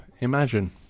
Imagine